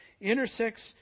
intersects